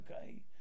okay